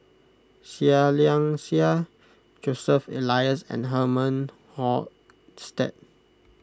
Seah Liang Seah Joseph Elias and Herman Hochstadt